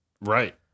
right